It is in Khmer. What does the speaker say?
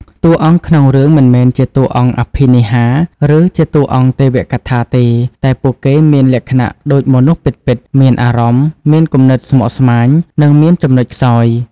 តួអង្គក្នុងរឿងមិនមែនជាតួអង្គអភិនិហា ឬជាតួអង្គទេវកថាទេ តែពួកគេមានលក្ខណៈដូចមនុស្សពិតៗ មានអារម្មណ៍ មានគំនិតស្មុគស្មាញ និងមានចំណុចខ្សោយ។